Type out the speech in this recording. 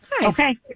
Okay